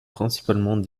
principalement